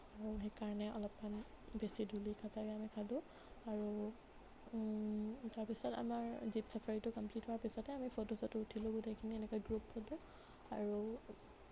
আৰু সেইকাৰণে অলপমান বেছি ধূলি চাগে আমি খালোঁ আৰু তাৰপিছত আমাৰ জীপ ছাফাৰীটো কম্প্লিট হোৱাৰ পিছতে আমি ফটো চটো উঠিলোঁ গোটেইখিনি এনেকে গ্ৰুপ ফটো আৰু